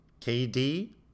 KD